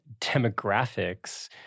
demographics